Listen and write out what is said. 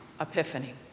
epiphany